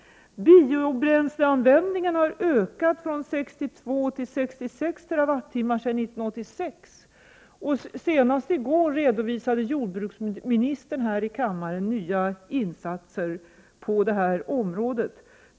Biobränsleanvändningen har ökat från 62 till 66 TWh sedan 1986. Senast i går redovisade jordbruksministern här i riksdagen nya insatser på det här området.